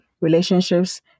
relationships